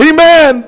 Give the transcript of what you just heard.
Amen